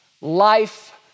life